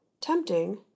Tempting